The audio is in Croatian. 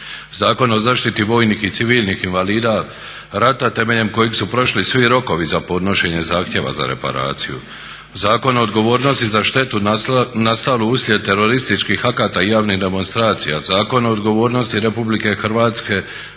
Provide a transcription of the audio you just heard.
Zakon o zaštiti vojnih i civilnih invalida rata temeljem kojeg su prošli svi rokovi za podnošenje zahtjeva za reparaciju, Zakon o odgovornosti za štetu nastalu uslijed terorističkih akata i javnih demonstracija, Zakon o odgovornosti RH za